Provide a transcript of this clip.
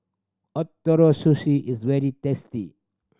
Ootoro Sushi is very tasty